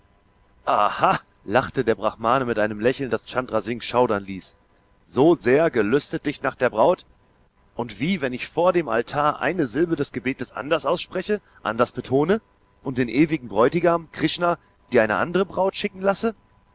aha lachte der brahmane mit einem lächeln das chandra singh schaudern ließ so sehr gelüstet dich nach der braut und wie wenn ich vor dem altar eine silbe des gebetes anders ausspreche anders betone und den ewigen bräutigam krishna dir eine andere braut schicken lasse